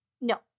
No